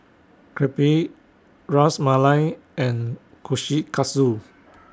Crepe Ras Malai and Kushikatsu